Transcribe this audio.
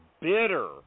bitter